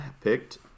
picked